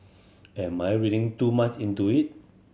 am my reading too much into it